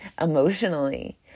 emotionally